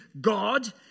God